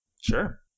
Sure